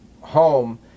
home